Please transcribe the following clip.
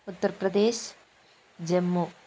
Uttar Pradesh Jammu